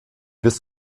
bis